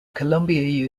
columbia